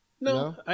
No